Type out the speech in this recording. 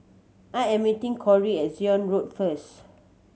I am meeting Cory at Zion Road first